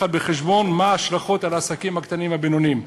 בחשבון מה ההשלכות על העסקים הקטנים והבינוניים.